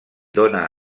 dóna